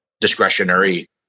discretionary